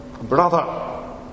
brother